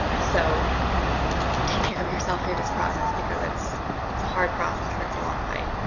so take care of yourself through this process because it's it's a hard process and it's a long cite.